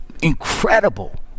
incredible